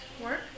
work